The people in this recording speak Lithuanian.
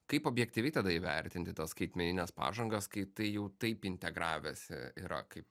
kaip objektyviai tada įvertinti tas skaitmenines pažangas kai tai jau taip integravęsi yra kaip